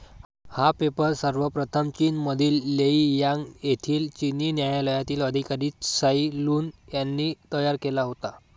हा पेपर सर्वप्रथम चीनमधील लेई यांग येथील चिनी न्यायालयातील अधिकारी त्साई लुन यांनी तयार केला होता